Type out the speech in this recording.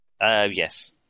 Yes